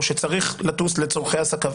או שצריך לטוס לצורכי עסקיו,